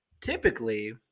Typically